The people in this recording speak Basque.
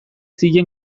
zien